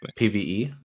PVE